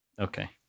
Okay